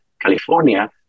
California